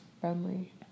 friendly